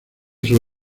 sus